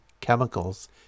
chemicals